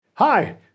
Hi